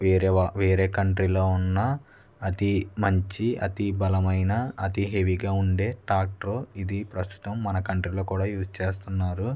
వేరే వా వేరే కంట్రీలో ఉన్న అతి మంచి అతి బలమైన అతి హెవీగా ఉండే టాక్టరు ఇది ప్రస్తుతం మన కంట్రీలో కూడా యూజ్ చేస్తున్నారు